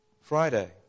Friday